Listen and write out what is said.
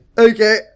okay